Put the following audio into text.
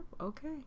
okay